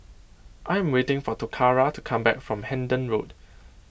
I'm waiting for Toccara to come back from Hendon Road